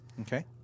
okay